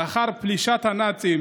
לאחר פלישת הנאצים